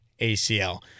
ACL